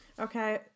Okay